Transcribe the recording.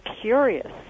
curious